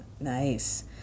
nice